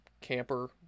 camper